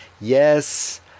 yes